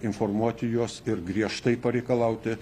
informuoti juos ir griežtai pareikalauti